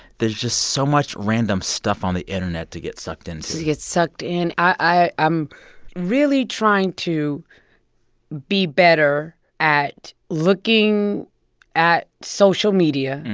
there's just so much random stuff on the internet to get sucked into so to get sucked in. i'm really trying to be better at looking at social media,